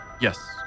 Yes